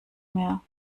mehr